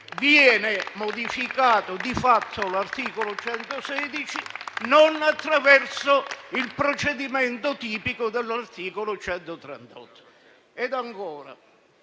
viene modificato di fatto l'articolo 116, ma non attraverso il procedimento tipico dell'articolo 138.